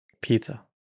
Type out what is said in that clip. Pizza